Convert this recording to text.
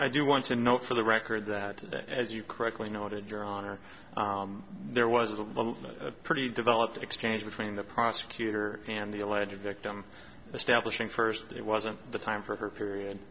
i do want to note for the record that today as you correctly noted your honor there was a pretty developed exchange between the prosecutor and the alleged victim establishing first it wasn't the time for her period